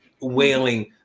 wailing